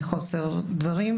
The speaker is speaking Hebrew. מחוסר דברים,